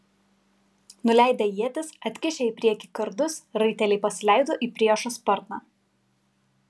nuleidę ietis atkišę į priekį kardus raiteliai pasileido į priešo sparną